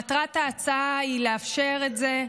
מטרת ההצעה היא לאפשר את זה,